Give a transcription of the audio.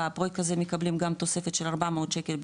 בפרויקט הזה מקבלים גם תוספת של 400 שקל,